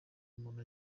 umuntu